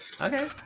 Okay